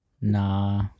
Nah